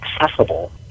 accessible